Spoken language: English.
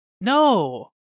No